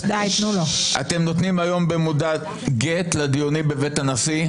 אתם נותנים היום במודע גט לדיונים בבית הנשיא.